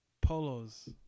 polos